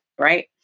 right